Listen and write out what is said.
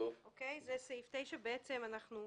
תימחק.